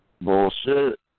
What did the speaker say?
Bullshit